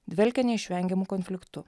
dvelkia neišvengiamu konfliktu